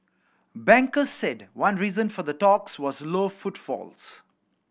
bankers said one reason for the talks was low footfalls